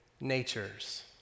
natures